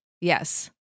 Yes